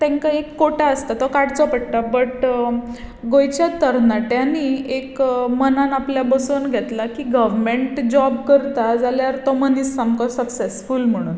तांकां एक कोटा आसता तो काडचो पडटा बट गोंयच्या तरनाट्यांनी एक मनान आपल्या बसोवन गेतला की गवमेंट जॉब करता जाल्यार तो मनीस सामको सक्सेसफूल म्हणून